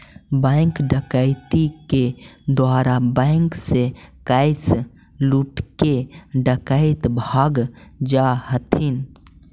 bank डकैती के द्वारा बैंक से कैश लूटके डकैत भाग जा हथिन